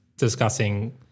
discussing